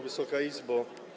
Wysoka Izbo!